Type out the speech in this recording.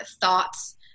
thoughts